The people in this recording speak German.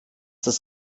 das